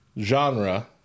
genre